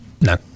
No